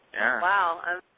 Wow